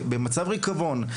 במצב של ריקבון.